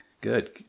Good